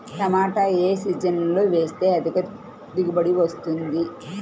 టమాటా ఏ సీజన్లో వేస్తే అధిక దిగుబడి వస్తుంది?